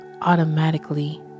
automatically